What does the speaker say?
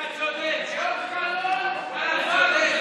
עליתי, אני רוצה שיירשם לפרוטוקול שאני נגד.